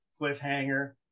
cliffhanger